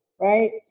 right